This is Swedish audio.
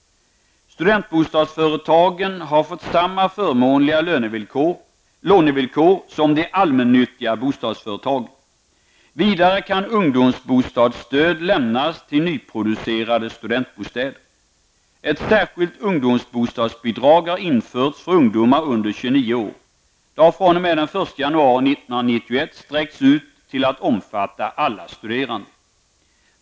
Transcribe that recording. Studentbostadsföretagen har fått samma förmånliga lånevillkor som de allmännyttiga bostadsföretagen. Vidare kan ungdomsbostadsstöd lämnas till nyproducerade studentbostäder. Ett särskilt ungdomsbostadsbidrag har införts för ungdomar under 29 år. Det sträcks den 1 januari 1991 ut till att omfatta alla studerande.